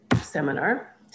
seminar